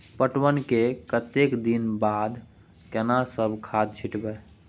पटवन के कतेक दिन के बाद केना सब खाद छिटबै?